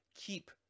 keep